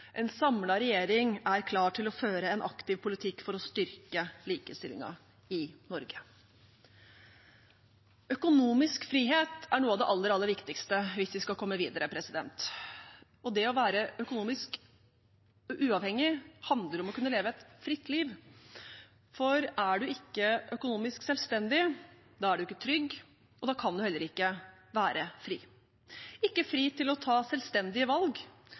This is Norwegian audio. En samlet regjering er klar til å føre en aktiv politikk for å styrke likestillingen i Norge. Økonomisk frihet er noe av det aller, aller viktigste hvis vi skal komme videre. Det å være økonomisk uavhengig handler om å kunne leve et fritt liv. For er en ikke økonomisk selvstendig, er en ikke trygg, og da kan en heller ikke være fri, ikke fri til å ta selvstendige valg,